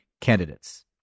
candidates